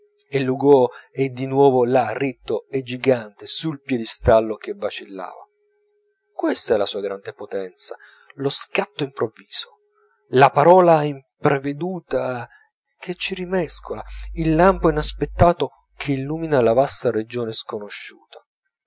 e l'hugo è di nuovo là ritto e gigante sul piedestallo che vacillava questa è la sua grande potenza lo scatto improvviso la parola impreveduta che ci rimescola il lampo inaspettato che illumina la vasta regione sconosciuta